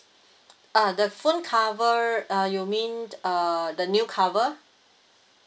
ah the phone cover uh you mean uh the new cover